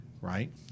right